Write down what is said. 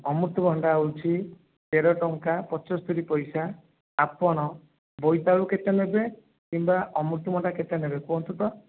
ଅମୃତଭଣ୍ଡା ହେଉଛି ତେର ଟଙ୍କା ପଞ୍ଚସ୍ତରି ପଇସା ଆପଣ ବୋଇତାଳୁ କେତେ ନେବେ କିମ୍ବା ଅମୃତଭଣ୍ଡା କେତେ ନେବେ କୁହନ୍ତୁ ତ